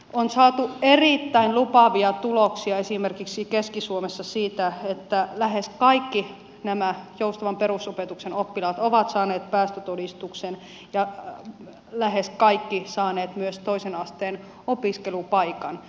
on saatu erittäin lupaavia tuloksia esimerkiksi keski suomessa siitä että lähes kaikki nämä joustavan perusopetuksen oppilaat ovat saaneet päästötodistuksen ja lähes kaikki saaneet myös toisen asteen opiskelupaikan